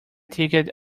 ticket